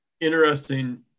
interesting